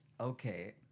okay